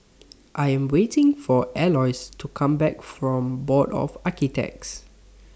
I Am waiting For Aloys to Come Back from Board of Architects